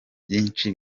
byinshi